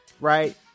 right